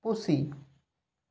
ᱯᱩᱥᱤ